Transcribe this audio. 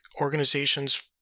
organizations